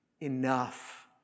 enough